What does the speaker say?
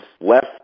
left